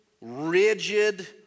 rigid